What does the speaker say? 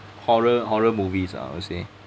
horror horror movies ah I would say